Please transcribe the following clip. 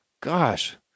Gosh